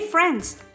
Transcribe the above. Friends